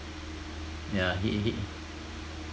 ya he he